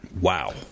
Wow